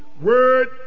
word